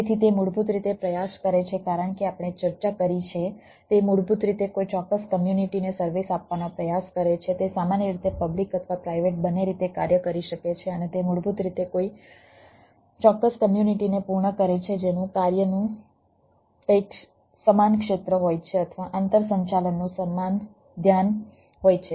તેથી તે મૂળભૂત રીતે પ્રયાસ કરે છે કારણ કે આપણે ચર્ચા કરી છે તે મૂળભૂત રીતે કોઈ ચોક્કસ કમ્યુનિટીને સર્વિસ આપવાનો પ્રયાસ કરે છે તે સામાન્ય રીતે પબ્લિક અથવા પ્રાઇવેટ બંને રીતે કાર્ય કરી શકે છે અને તે મૂળભૂત રીતે કોઈ ચોક્કસ કમ્યુનિટીને પૂર્ણ કરે છે જેનું કાર્યનું કંઈક સમાન ક્ષેત્ર હોય છે અથવા આંતરસંચાલનનું સમાન ધ્યાન હોય છે